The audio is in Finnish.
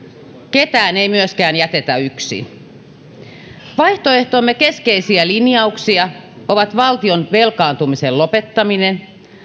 ketään ei myöskään jätetä yksin vaihtoehtomme keskeisiä linjauksia ovat valtion velkaantumisen lopettaminen